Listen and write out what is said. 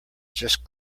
just